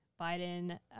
Biden